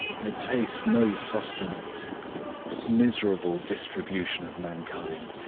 i taste no sustenance miserable distribution of mankind,